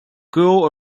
girl